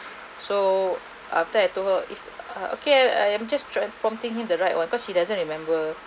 so after I told her if uh okay I am just tr~ prompting him the right one because he doesn't remember